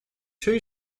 two